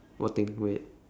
what thing wait